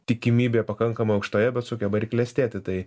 tikimybė pakankamai aukštoje bet sugeba ir klestėti tai